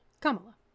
Kamala